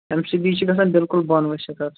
M C B چھِ گژھان بِلکُل بوٚن ؤسِتھ حظ